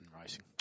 racing